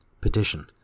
Petition